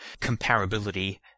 comparability